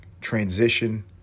transition